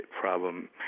problem